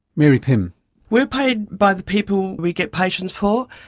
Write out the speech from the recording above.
mary pym we're paid by the people we get patients for.